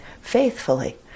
faithfully